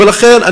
ולכן,